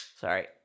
Sorry